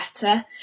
better